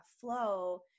flow